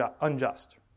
unjust